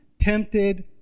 tempted